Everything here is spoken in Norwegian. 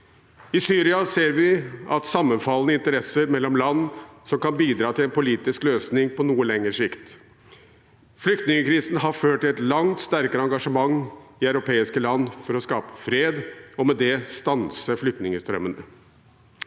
I Syria ser vi at sammenfallende interesser mellom land kan bidra til en politisk løsning på noe lengre sikt. Flyktningkrisen har ført til et langt sterkere engasjement i europeiske land for å skape fred og med det stanse flyktningstrømmene.